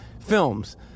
films